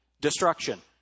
destruction